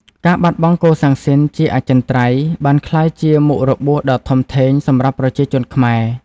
ការបាត់បង់កូសាំងស៊ីនជាអចិន្ត្រៃយ៍បានក្លាយជាមុខរបួសដ៏ធំធេងសម្រាប់ប្រជាជនខ្មែរ។